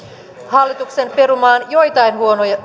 hallituksen perumaan joitain